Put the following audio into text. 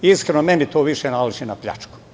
Iskreno, meni to više naliči na pljačku.